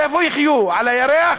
איפה יחיו, על הירח?